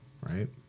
right